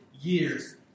years